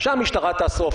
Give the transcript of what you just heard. שהמשטרה תאסוף,